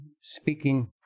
speaking